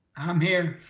i'm here.